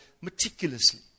meticulously